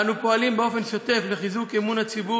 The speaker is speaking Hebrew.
אנו פועלים באופן שוטף לחיזוק אמון הציבור,